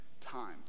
time